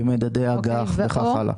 במדדי אג"ח וכך הלאה.